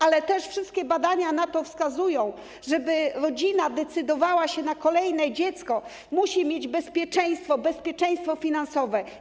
Ale też wszystkie badania na to wskazują, że aby rodzina decydowała się na kolejne dziecko, musi mieć zapewnione bezpieczeństwo, bezpieczeństwo finansowe.